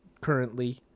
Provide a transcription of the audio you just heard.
currently